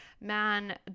man